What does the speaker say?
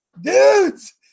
dudes